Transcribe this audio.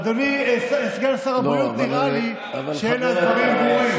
אדוני סגן שר הבריאות, נראה לי שהדברים ברורים.